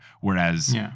whereas